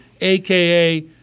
aka